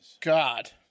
God